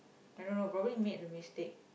I don't know probably made a mistake